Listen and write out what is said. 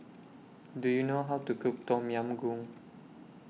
Do YOU know How to Cook Tom Yam Goong